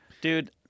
Dude